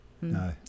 no